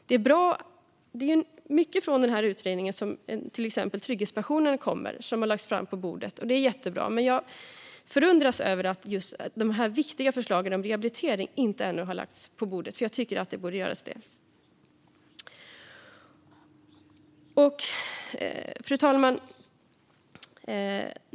Det är mycket som kommer från den här utredningen, till exempel trygghetspensionen, som har lagts fram på bordet. Det är jättebra, men jag förundras över att just de viktiga förslagen om rehabilitering ännu inte har lagts på bordet, för jag tycker att det borde göras. Fru talman!